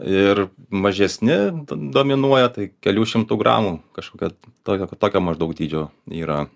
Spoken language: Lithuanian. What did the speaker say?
ir mažesni t dominuoja tai kelių šimtų gramų kažkokio tokio tokio maždaug dydžio yra